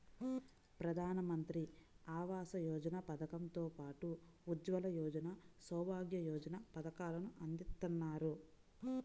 ప్రధానమంత్రి ఆవాస యోజన పథకం తో పాటు ఉజ్వల యోజన, సౌభాగ్య యోజన పథకాలను అందిత్తన్నారు